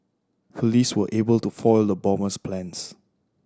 police were able to foil the bomber's plans